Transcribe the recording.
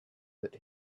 that